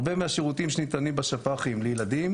הרבה מהשירותים שניתנים לילדים בשפ"חים